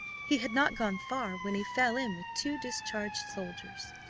he had not gone far, when he fell in with two discharged soldiers.